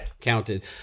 counted